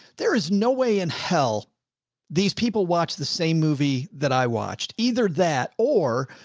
there is no way in hell these people watch the same movie that i watched either that, or,